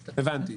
הבנתי.